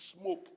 smoke